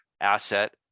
asset